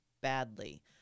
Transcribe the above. badly